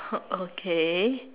okay